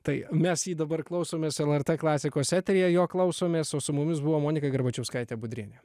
tai mes jį dabar klausomės lrt klasikos eteryje jo klausomės o su mumis buvo monika garbačiauskaitė budrienė